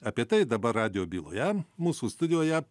apie tai dabar radijo byloje mūsų studijoje